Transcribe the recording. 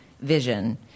vision